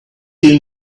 you